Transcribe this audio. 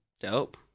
Dope